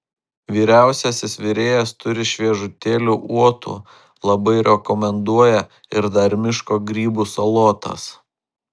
vyriausiasis virėjas turi šviežutėlių uotų labai rekomenduoja ir dar miško grybų salotas